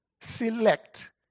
select